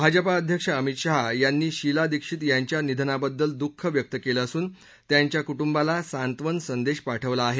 भाजपा अध्यक्ष अमित शहा यांनी शीला दीक्षित यांच्या निधनाबद्दल दुःख व्यक्त केलं असून त्यांच्या कुटुंबाला सांत्वन संदेश पाठवला आहे